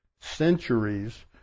centuries